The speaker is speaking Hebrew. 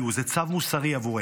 זה צו מוסרי עבורנו.